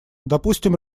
допустим